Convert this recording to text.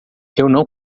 não